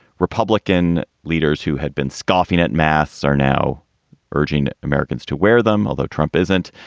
republican leaders who had been scoffing at maths are now urging americans to wear them. although trump isn't.